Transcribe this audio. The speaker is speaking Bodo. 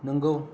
नंगौ